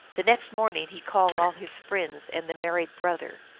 the next morning he called all his friends and the married brother,